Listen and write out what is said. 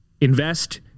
Invest